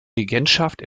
regentschaft